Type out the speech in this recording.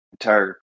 entire